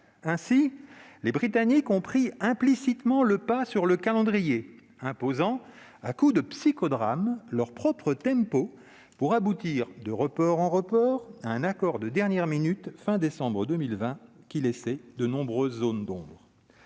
Ainsi, les Britanniques ont acquis implicitement la maîtrise du calendrier, imposant, à coups de psychodrames, leur propre tempo, jusqu'à aboutir, de report en report, à un accord de dernière minute, conclu fin décembre 2020, qui comportait de nombreuses zones d'ombre.